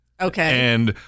Okay